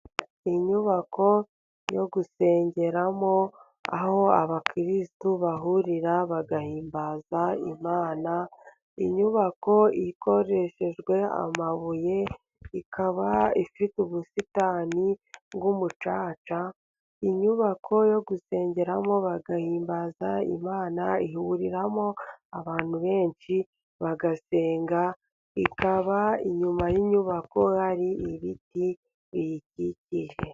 Inyubako yo gusengeramo; aho abakirisitu bahurira bagahimbaza Imana, inyubako ikoreshejwe amabuye, ikaba ifite ubusitani bw'umucaca, inyubako yo gusengeramo bagahimbaza Imana, ihuriramo abantu benshi bagasenga, ikaba inyuma y'inyubako hari ibiti biyikikije.